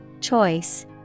Choice